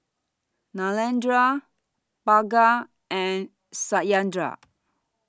Narendra Bhagat and Satyendra